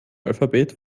alphabet